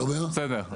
בסדר.